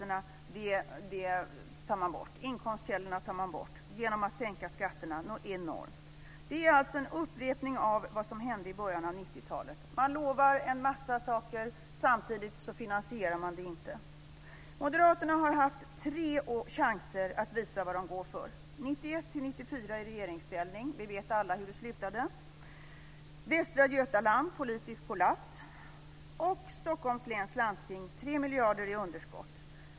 Man tar bort inkomstkällorna genom att sänka skatterna något enormt. Det är alltså en upprepning av vad som hände i början av 90-talet. Man lovar en massa saker. Samtidigt finansierar man dem inte. Moderaterna har haft tre chanser att visa vad de går för. 1991-1994 satt man i regeringsställning. Vi vet alla hur det slutade. I Västra Götaland blev det politisk kollaps. I Stockholm läns landsting är det 3 miljarder i underskott.